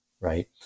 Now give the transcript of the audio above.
right